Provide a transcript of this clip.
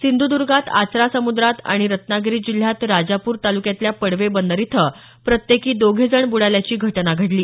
सिंधुदर्गात आचरा समुद्रात आणि रत्नागिरी जिल्ह्यात राजापूर तालुक्यातल्या पडवे बंदर इथं प्रत्येकी दोघे जण ब्रडाल्याची घटना घडली